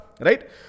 Right